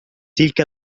تلك